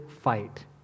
fight